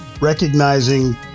recognizing